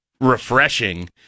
refreshing